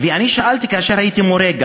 ואני שאלתי כאשר הייתי מורה: